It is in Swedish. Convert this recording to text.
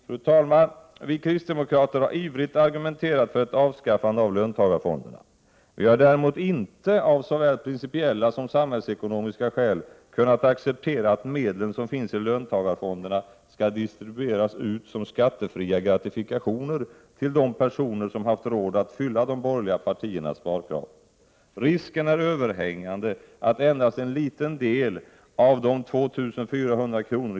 Fru talman! Vi kristdemokrater har ivrigt argumenterat för ett avskaffande av löntagarfonderna. Vi har däremot inte, av såväl principiella som samhällsekonomiska skäl, kunnat acceptera att medlen som finns i löntagarfonderna skall delas ut som skattefria gratifikationer till de personer som haft råd att uppfylla de borgerliga partiefhas sparkrav. Risken är överhängande att endast en liten del av de 2 400 kr.